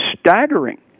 staggering